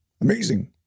Amazing